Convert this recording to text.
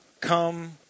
come